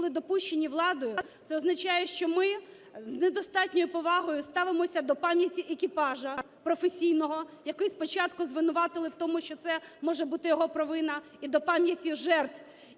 допущені владою, це означає, що ми з недостатньою повагою ставимося до пам'яті екіпажу професійного, який спочатку звинуватили в тому, що це може бути його провина, і до пам'яті жертв,